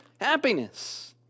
happiness